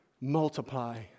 multiply